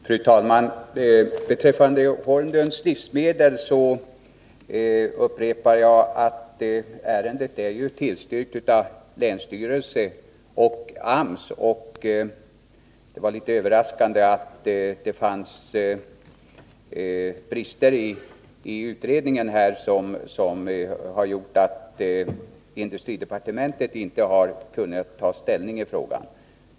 Fru talman! Beträffande Holmlunds Livsmedel upprepar jag att ärendet är tillstyrkt av länsstyrelsen och AMS. Det var litet överraskande att höra att brister i utredningen har gjort att industridepartementet inte har kunnat ta ställning i frågan.